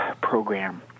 program